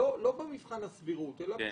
לא במבחן הסבירות, אלא אם